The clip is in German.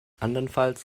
andernfalls